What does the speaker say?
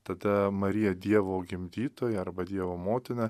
tada marija dievo gimdytoja arba dievo motina